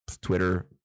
Twitter